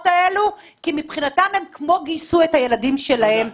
האלה כי מבחינתם הם כמו גייסו את הילדים שלהם,